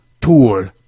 tool